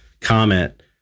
comment